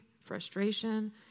frustration